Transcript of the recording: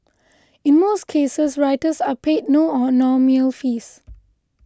in most cases writers are paid no or nominal fees